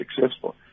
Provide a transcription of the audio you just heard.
successful